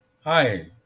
Hi